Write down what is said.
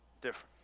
Different